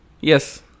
Yes